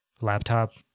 laptop